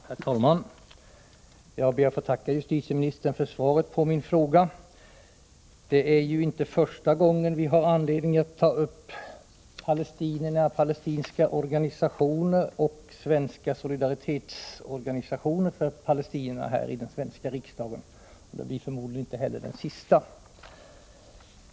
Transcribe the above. Herr talman! Jag ber att få tacka justitieministern för svaret på min fråga. Det är ju inte första gången vi har anledning att ta upp palestinierna, palestinska organisationer och svenska solidaritetsorganisationer för Palestina här i den svenska riksdagen, och det blir förmodligen inte heller den sista.